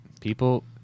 people